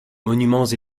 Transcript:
monuments